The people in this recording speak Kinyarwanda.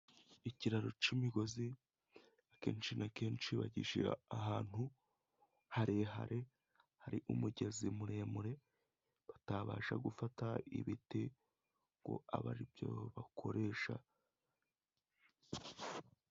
Ikiraro cy'imigozi akenshi na kenshi bagishyira ahantu harehare hari umugezi muremure batabasha gufata ibiti ngo abe ari byo bakoresha.